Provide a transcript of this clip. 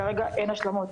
כרגע אין השלמות.